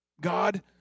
God